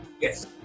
yes